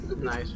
Nice